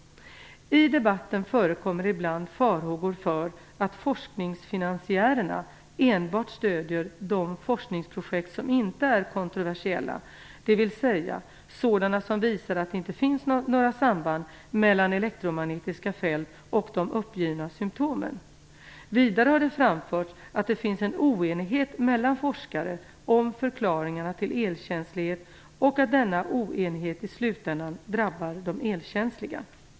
I debatten förekommer ibland farhågor för att forskningsfinansiärerna enbart stödjer de forskningsprojekt som inte är kontroversiella, dvs. sådana som visar att det inte finns några samband mellan elektromagnetiska fält och de uppgivna symtomen. Vidare har det framförts att det finns en oenighet mellan forskare om förklaringarna till elkänslighet och att denna oenighet i slutändan drabbar de elkänsliga.